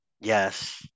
Yes